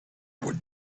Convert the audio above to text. what